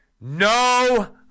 No